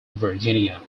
virginia